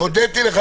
אני רוצה לומר